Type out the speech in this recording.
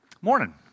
Morning